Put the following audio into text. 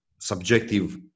subjective